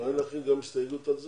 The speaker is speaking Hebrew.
אולי נכין גם הסתייגות על זה,